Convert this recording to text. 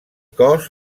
cos